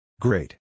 Great